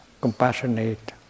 compassionate